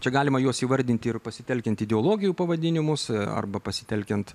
čia galima juos įvardinti ir pasitelkiant ideologijų pavadinimus arba pasitelkiant